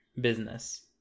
business